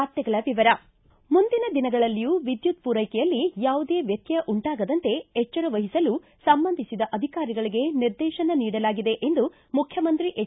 ವಾರ್ತೆಗಳ ವಿವರ ಮುಂದಿನ ದಿನಗಳಲ್ಲಿಯೂ ವಿದ್ಯುತ್ ಪೂರೈಕೆಯಲ್ಲಿ ಯಾವುದೇ ವ್ಯತ್ಯಯ ಉಂಟಾಗದಂತೆ ಎಚ್ಚರ ವಹಿಸಲು ಸಂಬಂಧಿಸಿದ ಅಧಿಕಾರಿಗಳಿಗೆ ನಿರ್ದೇತನ ನೀಡಲಾಗಿದೆ ಎಂದು ಮುಖ್ಯಮಂತ್ರಿ ಎಚ್